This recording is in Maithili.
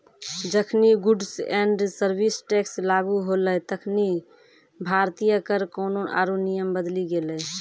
जखनि गुड्स एंड सर्विस टैक्स लागू होलै तखनि भारतीय कर कानून आरु नियम बदली गेलै